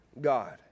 God